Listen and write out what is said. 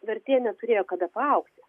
vertė neturėjo kada paaugti